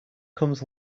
comes